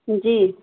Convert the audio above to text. जी